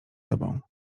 tobą